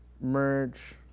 merge